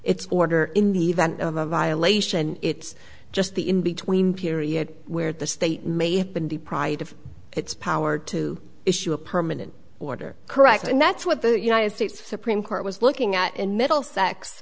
its order in the event of a violation it's just the in between period where the state may have been deprived of its power to issue a permanent order correct and that's what the united states supreme court was looking at in middlesex